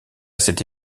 cette